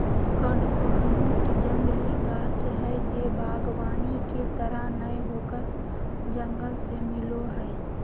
कडपहनुत जंगली गाछ हइ जे वागबानी के तरह नय होकर जंगल से मिलो हइ